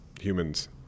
humans